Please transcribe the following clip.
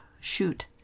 shoot